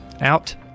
out